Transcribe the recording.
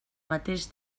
mateix